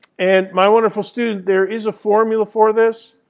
and my wonderful students, there is a formula for this,